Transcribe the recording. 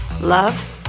love